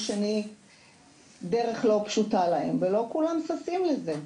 זו דרך לא פשוטה ולא כולם ששים לזה.